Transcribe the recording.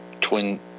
twin